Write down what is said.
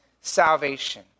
salvation